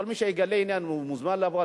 כל מי שיגלה עניין מוזמן לבוא,